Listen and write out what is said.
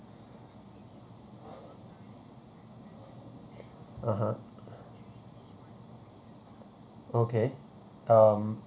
(uh huh) okay um